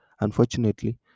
Unfortunately